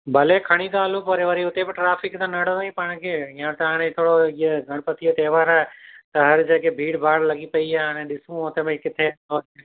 भले खणी था हलूं पर वरी हुते बि ट्राफ़िक त नणिंदो ही पाण खे या त हाणे थोरो हीअ गणपतीअ जो त्योहारु आहे त हर जॻहि ते भीड़भाड़ लॻी पई आहे हाणे ॾिसूं हुते भई किथे